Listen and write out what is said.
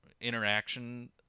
interaction